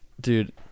dude